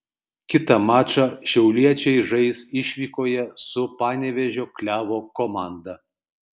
kitą mačą šiauliečiai žais išvykoje su panevėžio klevo komanda